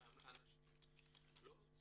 שמי ליזה ניקולאיצ'וק, אני מנכ"לית מסל"ן